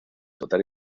total